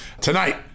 Tonight